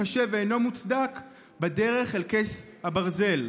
קשה ושאינו מוצדק בדרך אל כס הברזל.